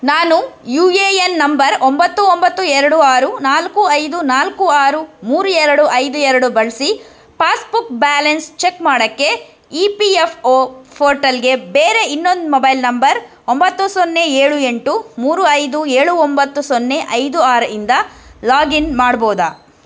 ನಾನು U A N number ಒಂಬತ್ತು ಒಂಬತ್ತು ಎರಡು ಆರು ನಾಲ್ಕು ಐದು ನಾಲ್ಕು ಆರು ಮೂರು ಎರಡು ಐದು ಎರಡು ಬಳಸಿ ಪಾಸ್ಬುಕ್ ಬ್ಯಾಲೆನ್ಸ್ ಚೆಕ್ ಮಾಡೋಕ್ಕೆ ಇ ಪಿ ಎಫ್ ಒ ಫೋರ್ಟಲ್ಗೆ ಬೇರೆ ಇನ್ನೊಂದು ಮೊಬೈಲ್ ನಂಬರ್ ಒಂಬತ್ತು ಸೊನ್ನೆ ಏಳು ಎಂಟು ಮೂರು ಐದು ಏಳು ಒಂಬತ್ತು ಸೊನ್ನೆ ಐದು ಆರು ಇಂದ ಲಾಗಿನ್ ಮಾಡ್ಬೋದಾ